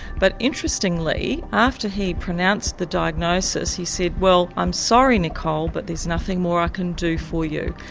but interestingly, after he pronounced the diagnosis he said well, i'm sorry nicole, but there's nothing more i can do for you.